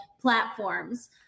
platforms